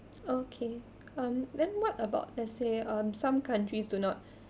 okay um then what about let's say um some countries do not